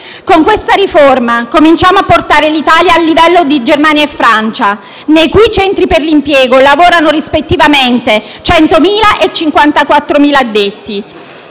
Con questa riforma cominciamo a portare in Italia il livello di Germania e Francia, nei cui centri per l'impiego lavorano rispettivamente 100.000 e 54.000 addetti.